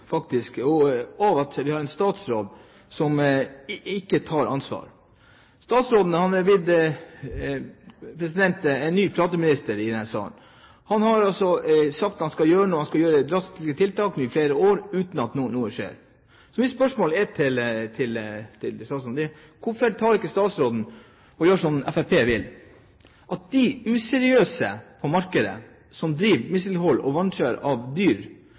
at vi har en statsråd som ikke tar ansvar. Statsråden er blitt en ny prateminister i denne salen. Han har sagt i flere år at han skal gjøre noen drastiske tiltak, uten at noe skjer. Så mitt spørsmål til statsråden er: Hvorfor gjør ikke statsråden det som Fremskrittspartiet vil, at de useriøse på markedet, som driver med mislighold og vanskjøtsel av dyr,